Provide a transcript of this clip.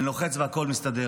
אני לוחץ, והכול מסתדר.